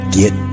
get